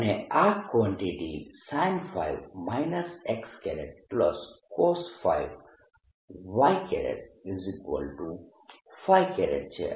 અને આ quantity sinϕ cosϕ છે